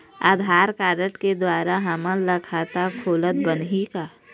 आधार card के द्वारा हमन ला खाता खोलत बनही का?